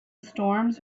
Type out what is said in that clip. storms